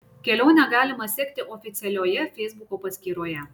kelionę galima sekti oficialioje feisbuko paskyroje